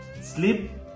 Sleep